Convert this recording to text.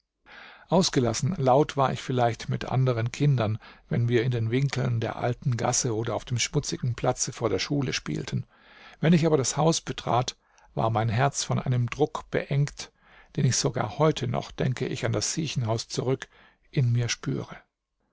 ausgelassen laut war ich vielleicht mit anderen kindern wenn wir in den winkeln der alten gasse oder auf dem schmutzigen platze vor der schule spielten wenn ich aber das haus betrat war mein herz von einem druck beengt den ich sogar heute noch denke ich an das siechenhaus zurück in mir spüre